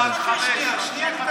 אתה אמרת עד 05:00. חכה שנייה קטנה.